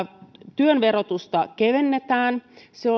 työn verotusta kevennetään se